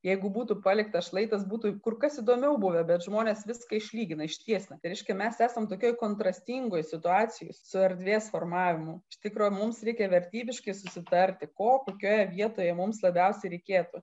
jeigu būtų palikta šlaitas būtų kur kas įdomiau buvę bet žmonės viską išlygina ištiesina tai reiškia mes esam tokioj kontrastingoj situacijoj su erdvės formavimu iš tikro mums reikia vertybiškai susitarti ko kokioje vietoje mums labiausiai reikėtų